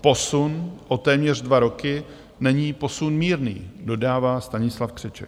Posun o téměř dva roky není posun mírný, dodává Stanislav Křeček.